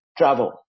Travel